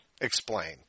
Explain